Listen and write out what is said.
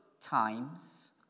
times